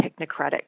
technocratic